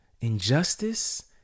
injustice